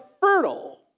fertile